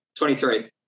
23